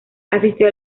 asistió